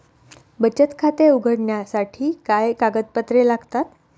बचत खाते उघडण्यासाठी काय कागदपत्रे लागतात?